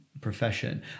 profession